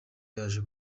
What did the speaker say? yaje